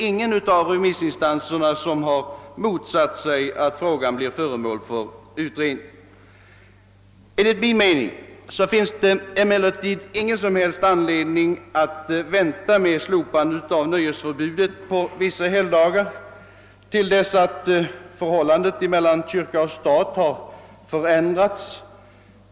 Ingen av remissinstanserna har nämligen motsatt sig att frågan utredes, och det förslaget har därför också i sak biträtts av utskottsmajoriteten. Enligt min mening finns det emellertid ingen anledning att vänta med ett slopande av nöjesförbudet på vissa helgdagar till dess att förhållandet mellan kyrka och stat har omreglerats.